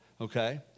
okay